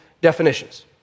definitions